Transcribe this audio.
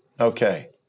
okay